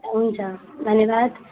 हुन्छ धन्यवाद